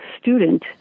student